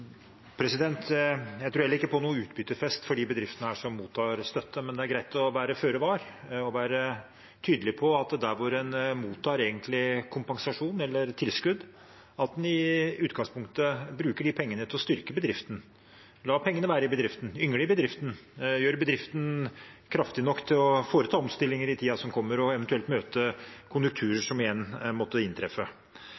på. Jeg tror heller ikke på noen utbyttefest her for de bedriftene som mottar støtte. Men det er greit å være føre var og være tydelig på at en, der hvor en mottar kompensasjon eller tilskudd, i utgangspunktet bruker de pengene til å styrke bedriften – la pengene være i bedriften, yngle i bedriften, gjøre bedriften kraftig nok til å foreta omstillinger i tiden som kommer, og eventuelt møte konjunkturer